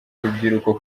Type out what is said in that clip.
urubyiruko